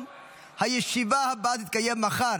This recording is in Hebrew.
32 בעד, אחד נמנע,